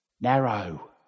Narrow